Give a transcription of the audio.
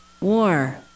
war